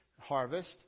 harvest